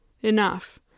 enough